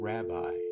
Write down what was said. Rabbi